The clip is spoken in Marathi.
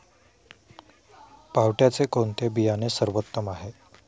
पावट्याचे कोणते बियाणे सर्वोत्तम आहे?